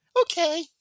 okay